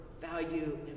value